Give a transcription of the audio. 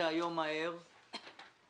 בוקר